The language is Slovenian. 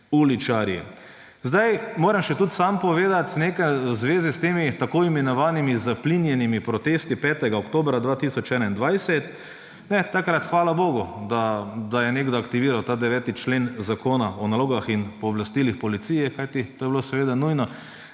uličarji. Moram tudi še sam povedati nekaj v zvezi s temi tako imenovanimi zaplinjenimi protesti 5. oktobra 2021. Takrat, hvala bogu, da je nekdo aktiviral ta 9. člen Zakona o nalogah in pooblastilih policije, kajti to je bilo seveda nujno